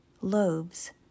Loaves